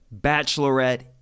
Bachelorette